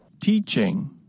Teaching